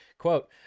Quote